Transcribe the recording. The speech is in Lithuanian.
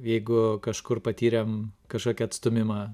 jeigu kažkur patyrėm kažkokį atstūmimą